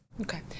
Okay